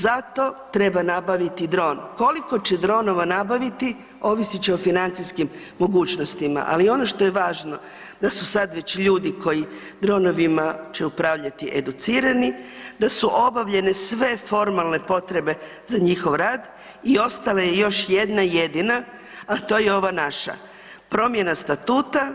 Zato treba nabavit dron, koliko će dronova nabaviti, ovisit će o financijskim mogućnostima ali ono što je važno da su sad već ljudi koji dronovima će upravljati educiranim, da su obavljene sve formalne potrebe za njihov rad i ostala je još jedna jedina a to je ova naša promjena statuta